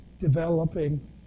developing